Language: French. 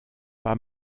pas